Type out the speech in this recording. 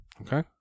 Okay